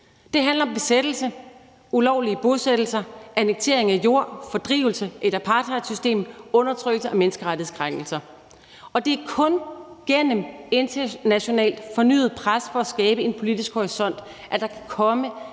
Det handler om besættelse, ulovlige bosættelser, annektering af jord, fordrivelse, et apartheidsystem, undertrykkelse og menneskerettighedskrænkelser. Det er kun gennem internationalt fornyet pres for at skabe en politisk horisont, at der kan komme